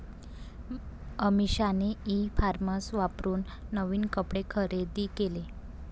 अमिषाने e commerce वापरून नवीन कपडे खरेदी केले